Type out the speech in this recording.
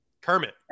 Kermit